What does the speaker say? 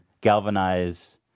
galvanize